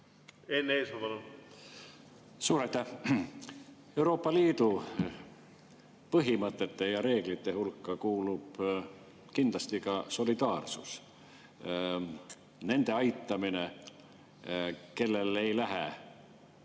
edasiminek. Suur aitäh! Euroopa Liidu põhimõtete ja reeglite hulka kuulub kindlasti ka solidaarsus: nende aitamine, kellel ei lähe